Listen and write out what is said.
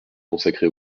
consacré